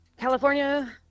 California